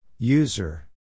User